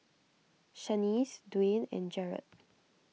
Shanice Dwyane and Jaret